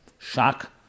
shock